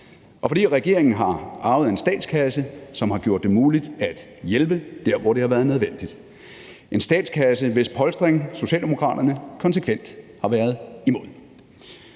og fordi regeringen har arvet en statskasse, som jo har gjort det muligt at hjælpe der, hvor det har været nødvendigt, en statskasse, hvis polstring Socialdemokraterne konsekvent har været imod.